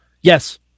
Yes